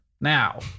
now